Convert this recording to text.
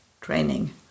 training